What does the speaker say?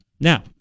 Now